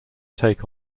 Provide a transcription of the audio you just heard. take